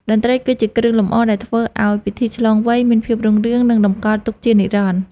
តន្ត្រីគឺជាគ្រឿងលម្អដែលធ្វើឱ្យពិធីឆ្លងវ័យ មានភាពរុងរឿង និងតម្កល់ទុកជានិរន្តរ៍។